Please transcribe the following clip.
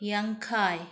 ꯌꯥꯡꯈꯩ